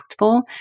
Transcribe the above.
impactful